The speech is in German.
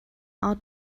art